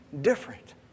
different